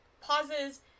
pauses